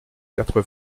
quatre